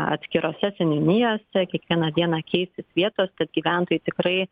atskirose seniūnijose kiekvieną dieną keisis vietos tad gyventojai tikrai